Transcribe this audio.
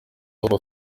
papa